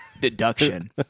deduction